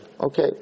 Okay